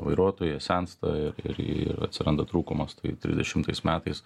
vairuotojai sensta ir ir ir atsiranda trūkumas tai trisdešimtais metais